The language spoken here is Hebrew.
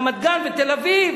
רמת-גן ותל-אביב